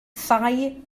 thai